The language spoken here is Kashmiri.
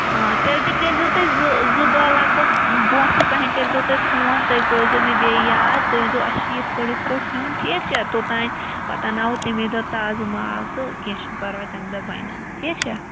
آ تیٚلہِ تہِ کٔرۍزیو تُہۍ زٕ زٕ دۄہ لگ بگ بونٛٹھٕے پہن کٔرۍزیو تُہۍ فون تُہۍ پٲیزیو مےٚ بیٚیہِ یاد تُہۍ ؤنۍزیو اَسہِ چھِ یِتھ پٲٹھۍ یِتھ پٲٹھۍ نیُن ٹھیٖک چھا توٚتام پَتہٕ اَنناوَو تَمی دۄہ تازٕ مال تہٕ کیٚنہہ چھُنہٕ پرواے تَمہِ دۄہ بَنن ٹھیٖک چھا